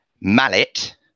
mallet